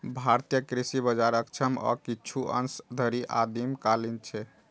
भारतीय कृषि बाजार अक्षम आ किछु अंश धरि आदिम कालीन छै